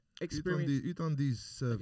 experience